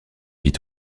vit